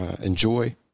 enjoy